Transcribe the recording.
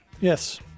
Yes